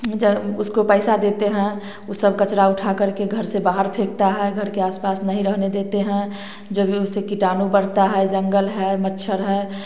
जब उसको पैसा देते हैं वो सब कचरा उठाकर घर से बाहर फेंकता है घर के आस पास नहीं रहने देते हैं जब भी उसे कीटाणु बढ़ता है जंगल है मच्छर है